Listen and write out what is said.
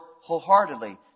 wholeheartedly